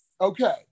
Okay